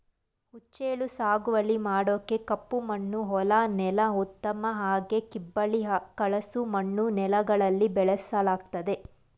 ಹುಚ್ಚೆಳ್ಳು ಸಾಗುವಳಿ ಮಾಡೋಕೆ ಕಪ್ಪಮಣ್ಣು ಹೊಲ ನೆಲ ಉತ್ತಮ ಹಾಗೆ ಕಿಬ್ಬಳಿ ಕಲಸು ಮಣ್ಣು ನೆಲಗಳಲ್ಲಿ ಬೆಳೆಸಲಾಗ್ತದೆ